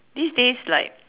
these days like